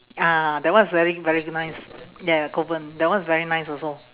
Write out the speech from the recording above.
ah that one's very very nice ya ya kovan that one's very nice also